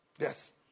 Yes